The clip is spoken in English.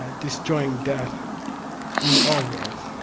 ah destroying death in all worlds,